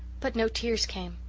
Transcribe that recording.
but no tears came!